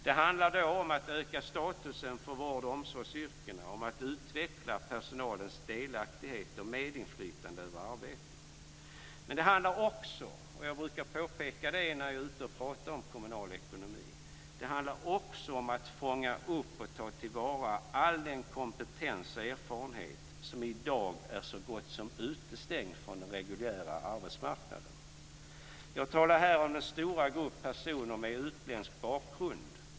Det handlar då om att öka statusen för vård och omsorgsyrkena och om att utveckla personalens delaktighet i och medinflytande över arbetet. Men det handlar också om - vilket jag brukar påpeka när jag är ute och talar om kommunal ekonomi - att fånga upp och ta till vara all den kompetens och erfarenhet som i dag är så gott som utestängd från den reguljära arbetsmarknaden. Jag talar här om den stora grupp personer med utländsk bakgrund.